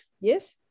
yes